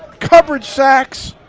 coverage sacks,